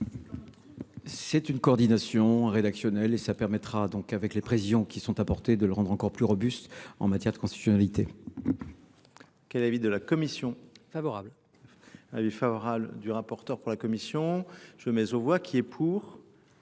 C'est une coordination rédactionnelle et ça permettra donc avec les présidents qui sont apportés de le rendre encore plus robuste en matière de constitutionnalité. Quel avis de la Commission ? Favorable. Un avis favorable du rapporteur pour la Commission. Je mets au voie qui est pour,